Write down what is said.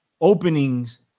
openings